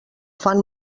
fan